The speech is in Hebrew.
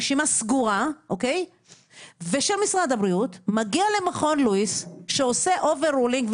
רשימה סגורה ושל משרד הבריאות מגיע למכון לואיס שעושה overruling,